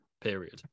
period